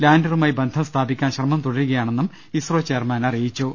ലാൻഡറുമായി ബന്ധം സ്ഥാപിക്കാൻ ശ്രമം തുടരുകയാണെന്നും ഇസ്രോ ചെയർമാൻ അറിയി ച്ചു